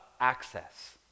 access